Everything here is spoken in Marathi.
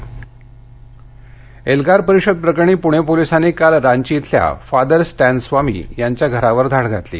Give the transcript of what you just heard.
एल्गार परिषद अटक एल्गार परिषद प्रकरणी पुणे पोलिसांनी काल रांची इथल्या फादर स्टॅनस्वामी यांच्या घरावर धाड घातली